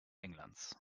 englands